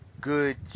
good